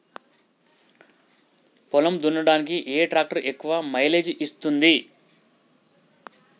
పొలం దున్నడానికి ఏ ట్రాక్టర్ ఎక్కువ మైలేజ్ ఇస్తుంది?